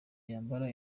yambara